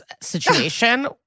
situation